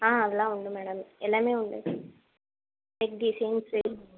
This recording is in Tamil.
ஆ அதலாம் உண்டு மேடம் எல்லாமே உண்டு நெக் டிசைன்